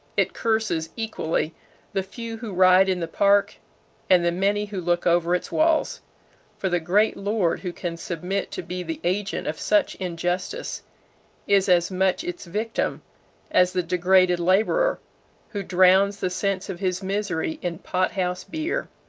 it curses equally the few who ride in the park and the many who look over its walls for the great lord who can submit to be the agent of such injustice is as much its victim as the degraded laborer who drowns the sense of his misery in pot-house beer.